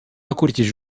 akurikije